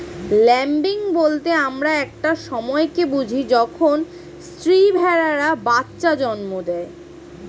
lambing বলতে আমরা একটা সময় কে বুঝি যখন স্ত্রী ভেড়ারা বাচ্চা জন্ম দেয়